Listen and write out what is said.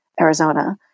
Arizona